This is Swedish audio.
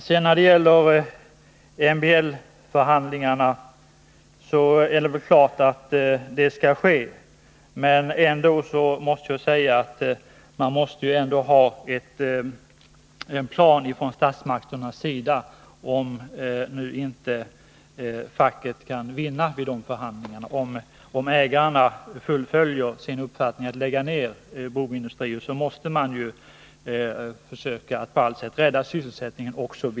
Det är klart att MBL-förhandlingar skall äga rum, men det hindrar inte att det måste finnas en plan från statsmakternas sida, för den händelse facket inte vinner vid de förhandlingarna. Om ägarna fullföljer tanken på att lägga ned Broby industrier måste man försöka att på allt sätt rädda sysselsättningen.